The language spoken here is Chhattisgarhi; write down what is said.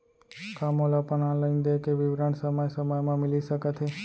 का मोला अपन ऑनलाइन देय के विवरण समय समय म मिलिस सकत हे?